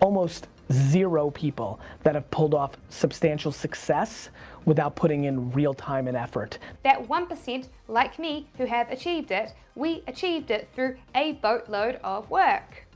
almost zero people that have pulled off substantial success without putting in real time and effort. that one, like me, who have achieved it, we achieved it through a boat load of work.